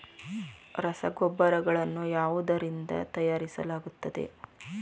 ರಸಗೊಬ್ಬರಗಳನ್ನು ಯಾವುದರಿಂದ ತಯಾರಿಸಲಾಗುತ್ತದೆ?